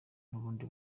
n’ubundi